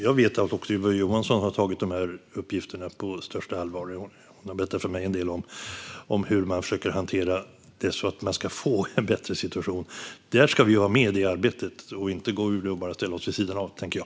Jag vet att också Ylva Johansson har tagit de här uppgifterna på största allvar. Hon har berättat för mig en del om hur man försöker hantera det så att man ska få en bättre situation. Där ska vi vara med i arbetet och inte gå ur och bara ställa oss vid sidan av, tänker jag.